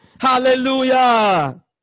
Hallelujah